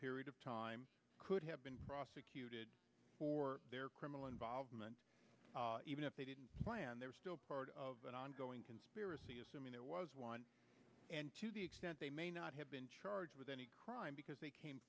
period of time could have been prosecuted for their criminal involvement even if they didn't plan they're still part of an ongoing conspiracy assuming there was one to the extent they may not have been charged with any crime because they came